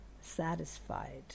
satisfied